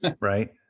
right